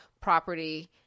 property